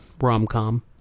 rom-com